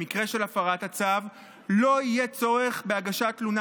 במקרה של הפרת הצו לא יהיה צורך בהגשת תלונה